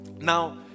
Now